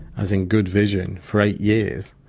as in good vision, for eight years.